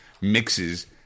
mixes